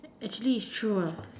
actually it's true ah